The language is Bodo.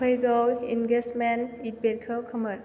फैगौ इंगेजमेन्ट इभेन्टखौ खोमोर